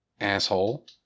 Asshole